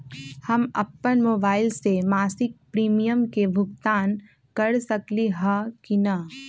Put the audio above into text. हम अपन मोबाइल से मासिक प्रीमियम के भुगतान कर सकली ह की न?